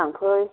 लांफै